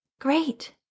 great